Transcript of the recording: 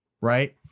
right